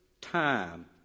time